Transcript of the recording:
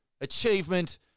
achievement